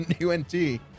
UNT